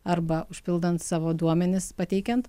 arba užpildant savo duomenis pateikiant